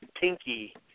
pinky